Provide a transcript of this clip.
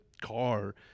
car